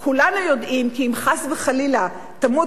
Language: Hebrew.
כולנו יודעים כי אם חס וחלילה תמות